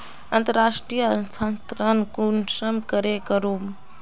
अंतर्राष्टीय स्थानंतरण कुंसम करे करूम?